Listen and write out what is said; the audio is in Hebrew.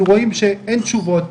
אנחנו רואים שאין תשובות.